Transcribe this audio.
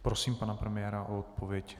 Prosím pana premiéra o odpověď.